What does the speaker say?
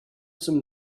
some